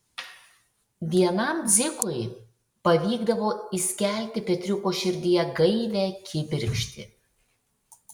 vienam dzikui pavykdavo įskelti petriuko širdyje gaivią kibirkštį